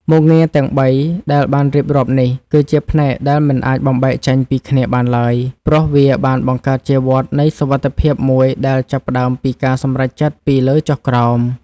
មុខងារទាំងបីដែលបានរៀបរាប់នេះ គឺជាផ្នែកដែលមិនអាចបំបែកចេញពីគ្នាបានឡើយ ព្រោះវាបានបង្កើតជាវដ្តនៃសុវត្ថិភាពមួយដែលចាប់ផ្ដើមពីការសម្រេចចិត្តពីលើចុះក្រោម។